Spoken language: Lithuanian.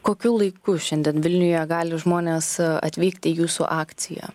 kokiu laiku šiandien vilniuje gali žmonės atvykti į jūsų akciją